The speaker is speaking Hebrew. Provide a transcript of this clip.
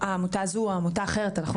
עם העמותה הזו או עמותה אחרת כי אנחנו